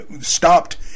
stopped